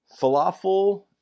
Falafel